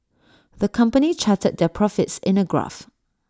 the company charted their profits in A graph